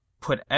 put